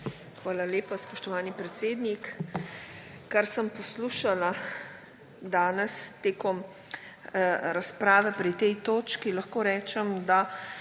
Hvala lepa, spoštovani predsednik. Kar sem poslušala danes med razpravo pri tej točki, lahko rečem, da